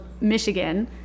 Michigan